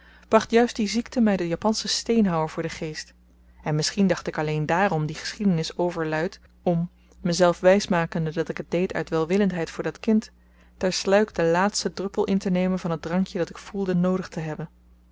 ziekte bracht juist die ziekte my den japanschen steenhouwer voor den geest en misschien dacht ik alleen dààrom die geschiedenis overluid om mezelf wysmakende dat ik het deed uit welwillendheid voor dat kind ter sluik den laatsten druppel intenemen van het drankje dat ik voelde noodig te hebben